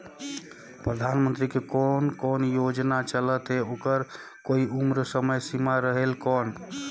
परधानमंतरी के कोन कोन योजना चलत हे ओकर कोई उम्र समय सीमा रेहेल कौन?